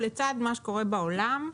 לצד מה שקורה בעולם,